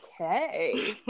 Okay